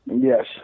Yes